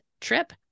trip